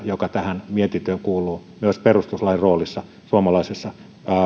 joka tähän mietintöön kuuluu myös perustuslain roolia suomalaisessa